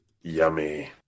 Yummy